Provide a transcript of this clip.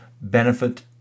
benefit